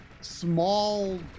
small